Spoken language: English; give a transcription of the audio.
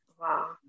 Wow